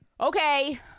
okay